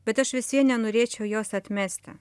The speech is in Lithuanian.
bet aš visvien nenorėčiau jos atmesti